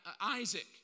Isaac